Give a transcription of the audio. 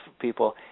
people